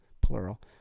plural